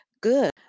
good